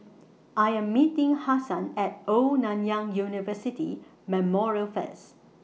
I Am meeting Hassan At Old Nanyang University Memorial First